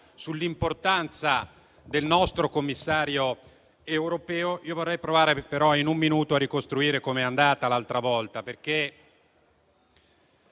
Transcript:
sull'importanza del nostro Commissario europeo, vorrei provare in un minuto a ricostruire com'è andata l'altra volta.